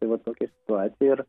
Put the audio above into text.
tai va tokia situacija ir